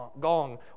gong